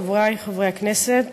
חברי חברי הכנסת,